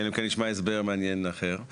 אלא אם כן נשמע הסבר מעניין אחר.